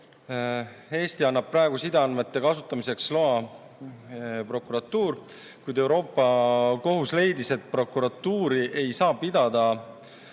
Eestis annab praegu sideandmete kasutamiseks loa prokuratuur, kuid Euroopa Kohus leidis, et prokuratuuri ei saa pidada